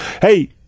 Hey